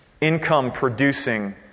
income-producing